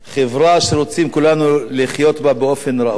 חברה שכולנו רוצים לחיות בה באופן ראוי